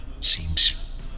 Seems